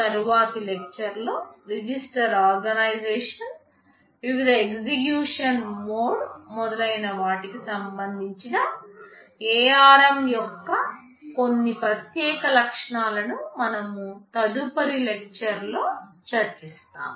తరువాతి లెక్చర్ లో register organisation వివిధ ఎగ్జిక్యూషన్ మోడ్లు మొదలైన వాటికి సంబంధించిన ARM యొక్క కొన్ని ప్రత్యేక లక్షణాలను మనము తదుపరి లెక్చర్ లో చర్చిస్తాము